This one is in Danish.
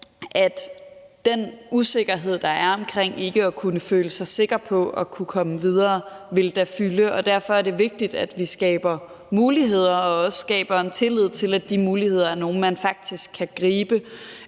at den usikkerhed, der er, omkring ikke at kunne føle sig sikker på at kunne komme videre, da vil fylde. Og derfor er det vigtigt, at vi skaber muligheder og også skaber en tillid til, at de muligheder er nogle, man faktisk kan gribe,